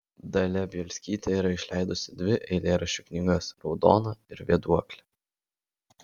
dalia bielskytė yra išleidusi dvi eilėraščių knygas raudona ir vėduoklė